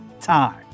time